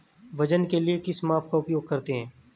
वजन के लिए किस माप का उपयोग करते हैं?